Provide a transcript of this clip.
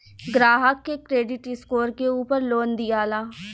ग्राहक के credit score के उपर लोन दियाला